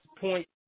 point